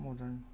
modern